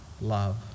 love